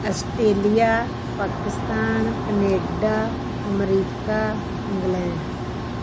Australia Pakistan Canada America England